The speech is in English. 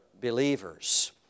believers